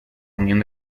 unión